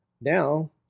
Now